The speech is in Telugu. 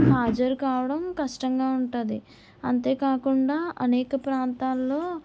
హాజరు కావడం కష్టంగా ఉంటది అంతేకాకుండా అనేక ప్రాంతాల్లో